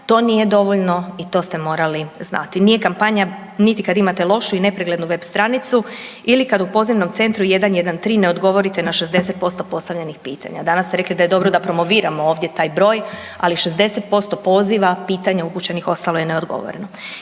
to nije dovoljno i to ste morali znati. Nije kampanja niti kad imate lošu i nepreglednu web stranicu ili kad u pozivnom centru 113 ne odgovorite na 60% postavljenih pitanja. Danas ste rekli da je dobro da promoviramo ovdje taj broj, ali 60% poziva pitanja upućenih ostalo je neodgovoreno.